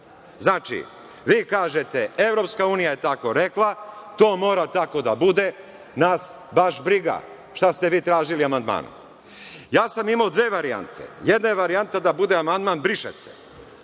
Znači, vi kažete EU je tako rekla, to mora tako da bude, nas baš briga šta ste vi tražili amandmanom. Ja sam imao dve varijante. Jedna je varijanta da bude amandman „briše se“,